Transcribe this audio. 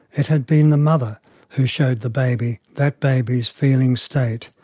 it had been the mother who showed the baby that baby's feeling state,